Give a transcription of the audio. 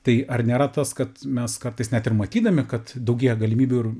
tai ar nėra tas kad mes kartais net ir matydami kad daugėja galimybių ir